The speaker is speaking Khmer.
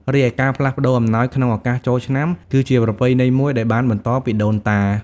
រីឯការផ្លាស់ប្តូរអំណោយក្នុងឱកាសចូលឆ្នាំ គឺជាប្រពៃណីមួយដែលបានបន្តពីដូនតា។